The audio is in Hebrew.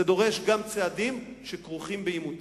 וזה דורש גם צעדים שכרוכים בעימותים.